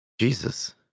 Jesus